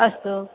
अस्तु